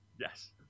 Yes